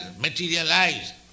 materialized